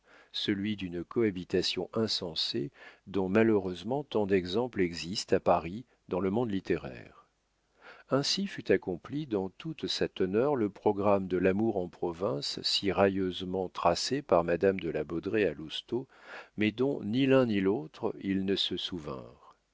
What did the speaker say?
celui d'une cohabitation insensée dont malheureusement tant d'exemples existent à paris dans le monde littéraire ainsi fut accompli dans toute sa teneur le programme de l'amour en province si railleusement tracé par madame de la baudraye à lousteau mais dont ni l'un ni l'autre ils ne se souvinrent